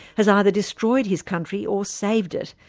has either destroyed his country, or saved it.